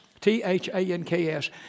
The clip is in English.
T-H-A-N-K-S